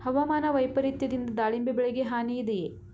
ಹವಾಮಾನ ವೈಪರಿತ್ಯದಿಂದ ದಾಳಿಂಬೆ ಬೆಳೆಗೆ ಹಾನಿ ಇದೆಯೇ?